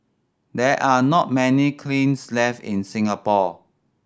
there are not many kilns left in Singapore